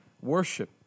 worship